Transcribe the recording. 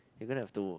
you gonna have to